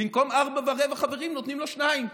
במקום ארבעה ורבע חברים נותנים לו שניים.